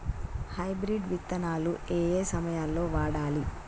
Hybrid విత్తనాలు ఏయే సమయాల్లో వాడాలి?